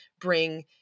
bring